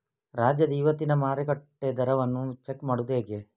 ರಾಜ್ಯದ ಇವತ್ತಿನ ಮಾರುಕಟ್ಟೆ ದರವನ್ನ ಚೆಕ್ ಮಾಡುವುದು ಹೇಗೆ?